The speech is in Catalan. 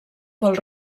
pel